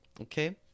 okay